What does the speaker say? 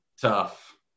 tough